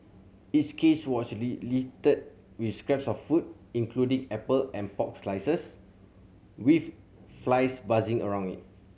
its cage was littered with scraps of food including apple and pork slices with flies buzzing around it